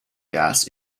gas